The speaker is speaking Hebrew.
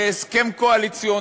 הסכם קואליציוני?